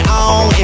on